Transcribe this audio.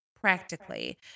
practically